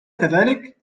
كذلك